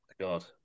God